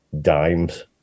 dimes